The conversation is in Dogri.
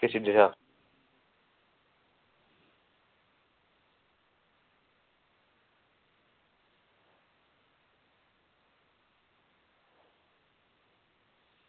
किश जगह